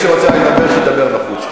מי שרוצה לדבר שידבר בחוץ,